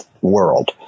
world